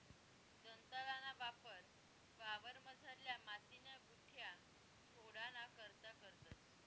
दंताळाना वापर वावरमझारल्या मातीन्या गुठया फोडाना करता करतंस